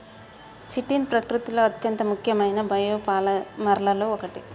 chitin ప్రకృతిలో అత్యంత ముఖ్యమైన బయోపాలిమర్లలో ఒకటి